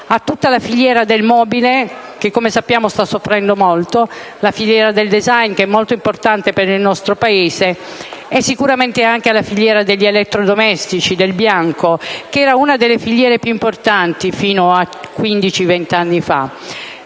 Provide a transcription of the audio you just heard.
a tutta la filiera del mobile, che - come sappiamo - sta soffrendo molto, alla filiera del *design*, che è molto importante per il nostro Paese, e sicuramente anche alla filiera degli elettrodomestici (del bianco), che era una delle filiere più importanti fino a quindici